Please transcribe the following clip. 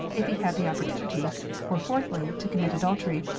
if he have the opportunity or, fourthly, to commit adultery,